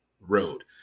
Road